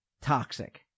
toxic